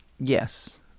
Yes